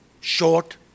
Short